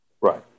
Right